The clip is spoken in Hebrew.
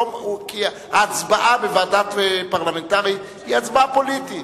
כי ההצבעה בוועדה פרלמנטרית היא הצבעה פוליטית.